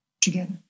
together